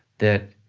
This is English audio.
that